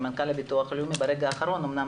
למנכ"ל הביטוח הלאומי ברגע האחרון אמנם,